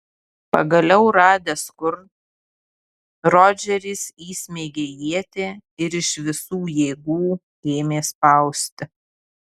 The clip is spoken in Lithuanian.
pagaliau radęs kur rodžeris įsmeigė ietį ir iš visų jėgų ėmė spausti